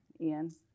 Ian